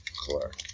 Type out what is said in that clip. Clark